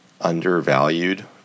undervalued